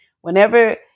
whenever